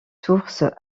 source